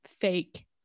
fake